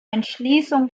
entschließung